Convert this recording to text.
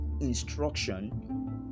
instruction